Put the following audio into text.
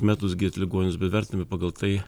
metodus gydyt ligonius bet vertinami pagal tai